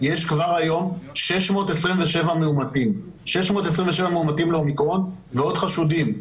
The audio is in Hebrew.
יש כבר היום 627 מאומתים לאומיקרון ועוד חשודים.